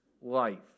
life